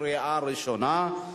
לקריאה ראשונה.